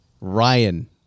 Ryan